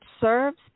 serves